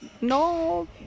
No